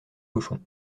cochons